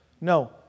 no